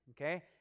okay